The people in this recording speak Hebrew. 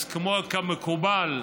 אז כמקובל,